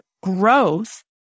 growth